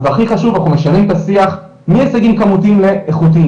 והכי חשוב אנחנו משנים את השיח מהישגים כמותיים לאיכותיים,